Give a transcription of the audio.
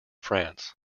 france